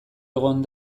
egon